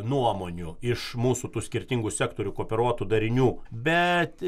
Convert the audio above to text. nuomonių iš mūsų tų skirtingų sektorių kooperuotų darinių bet